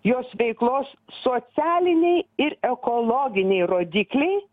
jos veiklos socialiniai ir ekologiniai rodikliai